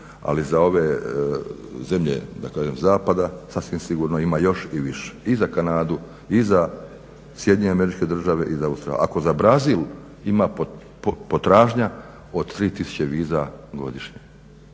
ali za ove zemlje, da kažem zapada sasvim sigurno ima još i više. I za Kanadu, i za SAD i za Australiju. Ako za Brazil ima potražnja od 3 tisuće viza godišnje.